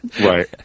Right